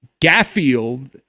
Gaffield